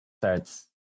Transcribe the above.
starts